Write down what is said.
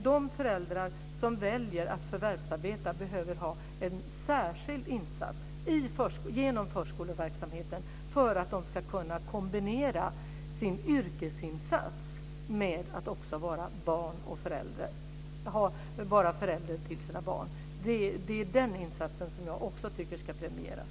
De föräldrar som väljer att förvärvsarbeta behöver ha en särskild insats genom förskoleverksamheten för att de ska kunna kombinera sina yrkesinsatser med att vara föräldrar till sina barn. Det är den insatsen som jag också tycker ska premieras.